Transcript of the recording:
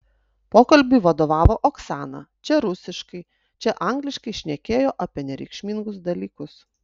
pokalbiui vadovavo oksana čia rusiškai čia angliškai šnekėjo apie nereikšmingus dalykus